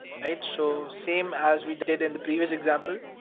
right? so same as we did in the previous example.